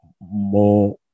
more